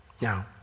Now